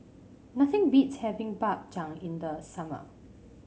nothing beats having Bak Chang in the summer